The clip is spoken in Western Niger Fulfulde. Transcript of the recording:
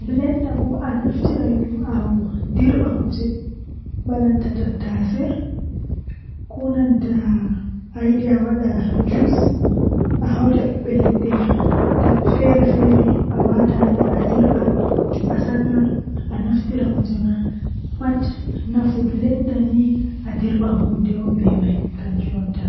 Hunde jei ko buri wonnugo duniyaaru jotta kokuma ko buri lalatugo duniyaaru kanjum woni habre hakkunde himbe malla hakkunde lesdi be lesdi maadum haala ceede malla haala siyasa malla haala dinna malla haala ndemngal.